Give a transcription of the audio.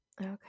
Okay